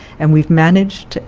and we've managed,